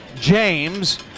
James